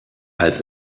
als